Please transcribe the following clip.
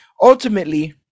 ultimately